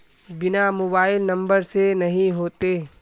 बिना mobile number से नहीं होते?